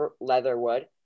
Leatherwood